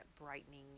brightening